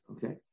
Okay